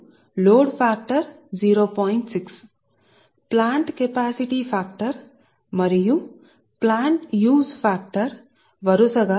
6 plant factor మరియు plant use factor వరుసగా 0